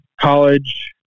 college